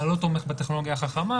הלא תומך בטכנולוגיה החכמה,